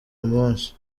munsi